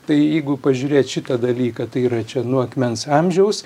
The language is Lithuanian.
tai jeigu pažiūrėt šitą dalyką tai yra čia nuo akmens amžiaus